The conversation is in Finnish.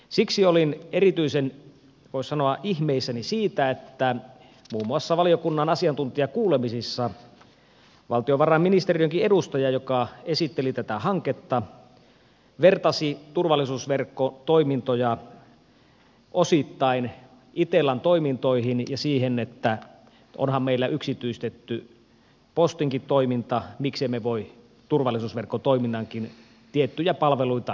siksi olin erityisen voisi sanoa ihmeissäni siitä että muun muassa valiokunnan asiantuntijakuulemisissa valtiovarainministeriönkin edustaja joka esitteli tätä hanketta vertasi turvallisuusverkkotoimintoja osittain itellan toimintoihin ja siihen että onhan meillä yksityistetty postinkin toiminta miksemme voi turvallisuusverkkotoiminnankin tiettyjä palveluita yksityistää